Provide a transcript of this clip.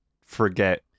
forget